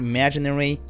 Imaginary